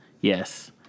Yes